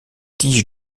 tiges